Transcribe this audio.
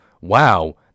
wow